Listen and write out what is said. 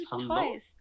Twice